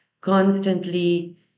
Constantly